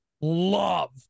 love